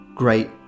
Great